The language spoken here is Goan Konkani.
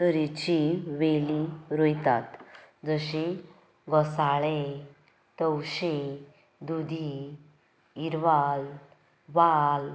तरेची वेलीं रोयतात जशीं घोसाळें तवशें दुदी इरवाल वाल